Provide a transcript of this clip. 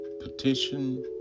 petition